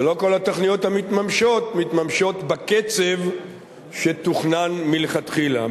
ולא כל התוכניות המתממשות מתממשות בקצב שתוכנן מלכתחילה.